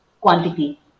quantity